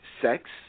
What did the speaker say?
sex